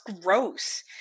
gross